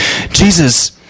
Jesus